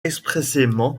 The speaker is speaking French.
expressément